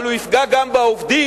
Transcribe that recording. אבל הוא יפגע גם בעובדים,